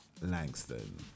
Langston